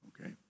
Okay